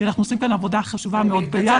כי אנחנו עושים כאן עבודה חשובה מאוד ביחד.